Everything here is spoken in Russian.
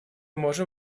можем